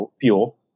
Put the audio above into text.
fuel